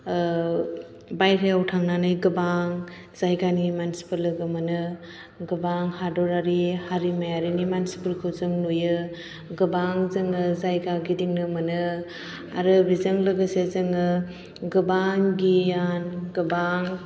बायहेरायाव थांनानै गोबां जायगानि मानसिफोर लोगो मोनो गोबां हादरारि हारिमायारिनि मानसिफोरखौ जों नुयो गोबां जोङो जायगा गिदिंनो मोनो आरो बेजों लोगोसे जोङो गोबां गियान गोबां